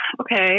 okay